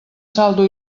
saldo